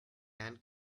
ant